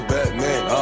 Batman